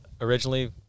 originally